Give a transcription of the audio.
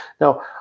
Now